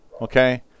Okay